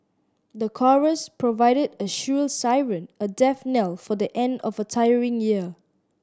the chorus provided a shrill siren a death knell for the end of a tiring year